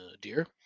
dear